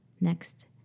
next